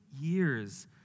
years